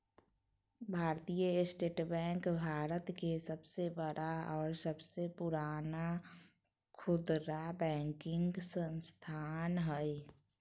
भारतीय state bank भारत के सबसे बड़ा और सबसे पुराना खुदरा बैंकिंग संस्थान हइ